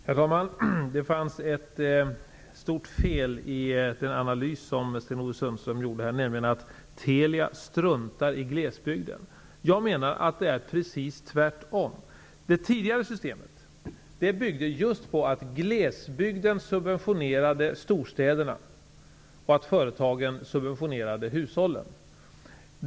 Herr talman! Det fanns ett stort fel i den analys som Sten-Ove Sundström gjorde: Han påstod att Telia struntar i glesbygden. Jag menar att det är precis tvärtom. Det tidigare systemet byggde just på att glesbygden subventionerade storstäderna och att företagen subventionerade hushållen.